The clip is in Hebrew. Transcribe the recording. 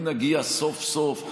אם נגיע סוף-סוף,